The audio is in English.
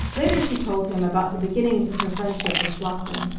later she told him about the beginnings of her friendship with bloeckman.